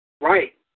right